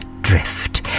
Drift